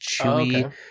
chewy